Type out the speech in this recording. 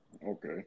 Okay